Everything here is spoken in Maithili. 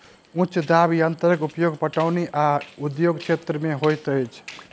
उच्च दाब यंत्रक उपयोग पटौनी आ उद्योग क्षेत्र में होइत अछि